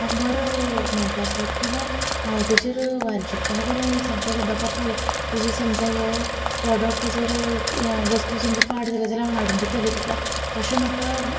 म्हाका बरो मेळटासलो किंवां हांव तेचेर वारचीकपणां करून सांगता आसले की बाबा पय तुजो समजा ह्यो प्रॉडक्ट जर वस्तू समजा पाड जाली जल्यार हांव हाडून दितलें तुका अशें म्हाका